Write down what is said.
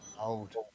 Old